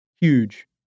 huge